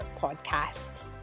podcast